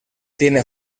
tiene